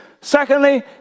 Secondly